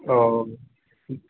ओ